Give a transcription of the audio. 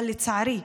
אבל לצערי,